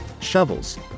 shovels